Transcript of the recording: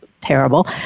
terrible